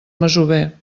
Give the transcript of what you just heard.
masover